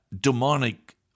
demonic